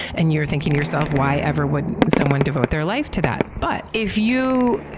and you're thinking to yourself, why ever would someone devote their life to that? but if you.